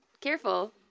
Careful